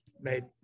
made